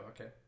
okay